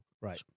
Right